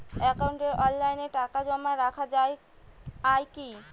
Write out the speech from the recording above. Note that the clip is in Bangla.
একাউন্টে অনলাইনে টাকা জমা রাখা য়ায় কি?